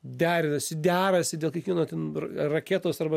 derinasi derasi dėl kiekvieno ten ra raketos arba